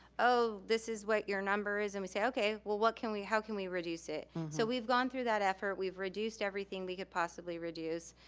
oh, this is what your number is. and we say, okay, well what can we, how can we reduce it? so we've gone through that effort, we've reduced everything we could possibly reduce.